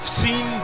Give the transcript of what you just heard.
seen